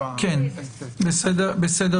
בסדר.